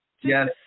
yes